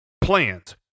plans